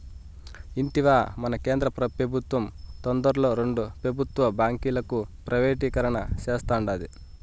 ఇంటివా, మన కేంద్ర పెబుత్వం తొందరలో రెండు పెబుత్వ బాంకీలను ప్రైవేటీకరణ సేస్తాండాది